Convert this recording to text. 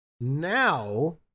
Now